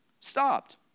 stopped